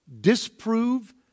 disprove